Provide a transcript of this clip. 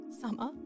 summer